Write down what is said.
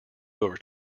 over